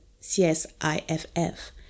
CSIFF